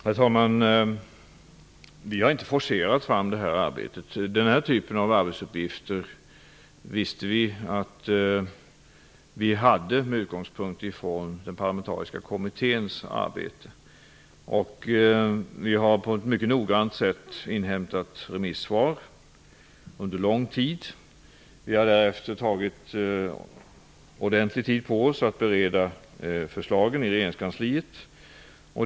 Herr talman! Vi har inte forcerat fram det här arbetet. Vi visste att vi hade den här typen av arbetsuppgifter med utgångspunkt från den parlamentariska kommitténs arbete. Vi har på ett mycket noggrant sätt inhämtat remissvar under lång tid. Därefter har vi tagit ordentlig tid på oss för att bereda förslagen i regeringskansliet.